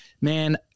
man